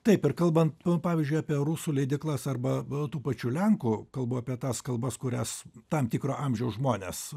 taip ir kalbant pavyzdžiui apie rusų leidyklas arba tų pačių lenkų kalbu apie tas kalbas kurias tam tikro amžiaus žmonės